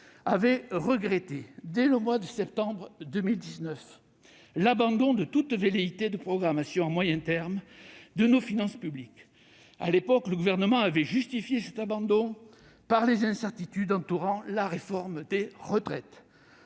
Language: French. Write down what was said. avait regretté, dès le mois de septembre 2019, l'abandon de toute velléité de programmation à moyen terme de nos finances publiques. À l'époque, le Gouvernement avait justifié cet abandon par les incertitudes entourant la réforme des retraites.